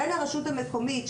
לבין הרשות המקומית,